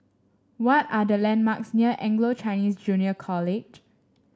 what are the landmarks near Anglo Chinese Junior College